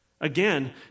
Again